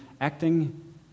acting